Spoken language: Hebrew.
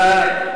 והדמוקרטית.